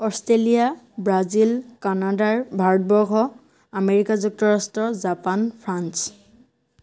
Australia Brazil Canada Bharatvarsha America যুক্তৰাষ্ট্ৰ Japan France